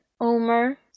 Omer